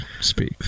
speak